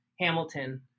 Hamilton